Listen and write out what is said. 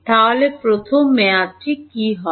তাহলে প্রথম মেয়াদটি কী হবে